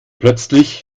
plötzlich